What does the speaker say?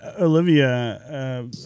Olivia